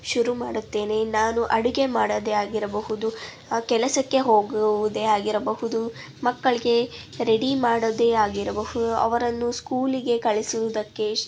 ಶುರು ಮಾಡುತ್ತೇನೆ ನಾನು ಅಡುಗೆ ಮಾಡೋದೇ ಆಗಿರಬಹುದು ಕೆಲಸಕ್ಕೆ ಹೋಗುವುದೇ ಆಗಿರಬಹುದು ಮಕ್ಕಳಿಗೆ ರೆಡಿ ಮಾಡೋದೇ ಆಗಿರಬಹುದು ಅವರನ್ನು ಸ್ಕೂಲಿಗೆ ಕಳಿಸೋದಕ್ಕೆ